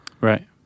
Right